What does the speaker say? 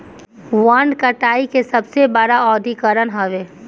वन कटाई के सबसे बड़ कारण औद्योगीकरण हवे